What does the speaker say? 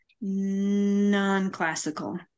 non-classical